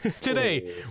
today